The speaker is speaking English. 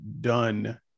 done